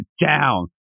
down